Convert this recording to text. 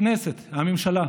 הכנסת, הממשלה.